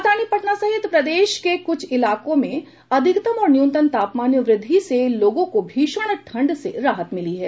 राजधानी पटना सहित प्रदेश के कुछ इलाकों में अधिकतम और न्यूनतम तापमान में व्रद्धि से लोगों को भीषण ठंड से राहत मिली है